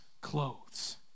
clothes